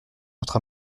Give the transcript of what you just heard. notre